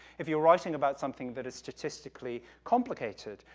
if you're writing about something that is statistically complicated,